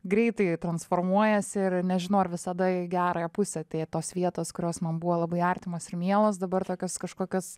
greitai transformuojasi ir nežinau ar visada į gerąją pusę tai tos vietos kurios man buvo labai artimos ir mielos dabar tokios kažkokios